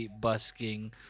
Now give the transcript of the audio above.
Busking